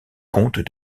comte